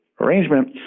arrangement